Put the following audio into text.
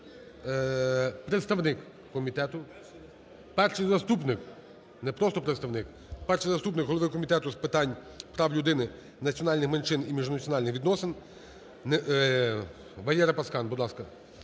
представник комітету, перший заступник. Не просто представник, перший заступник голови Комітету з питань прав людини, національних меншин і міжнаціональних відносин Валера Пацкан, будь ласка.